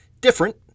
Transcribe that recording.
different